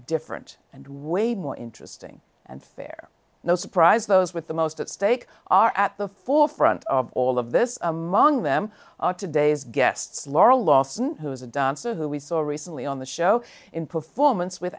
different and way more interesting and fair no surprise those with the most at stake are at the forefront of all of this among them are today's guests laura lawson who is a dancer who we saw recently on the show in performance with